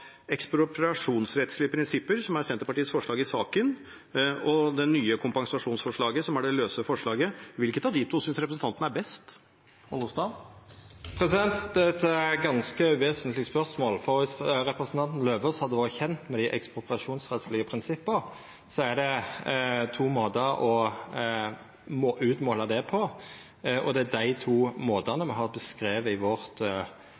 Ekspropriasjonsrettslige prinsipper, som er Senterpartiets forslag i saken, og det nye kompensasjonsforslaget, som er det løse forslaget – hvilket av de to synes representanten er best? Det er eit ganske uvesentleg spørsmål, for viss representanten Løvaas hadde vore kjend med dei ekspropriasjonsrettslege prinsippa, ville han visst at det er to måtar å måla ut det på, og det er dei to måtane me har beskrive i lovforslaget vårt.